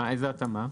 איזו התאמה?